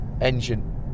engine